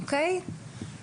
אוקיי?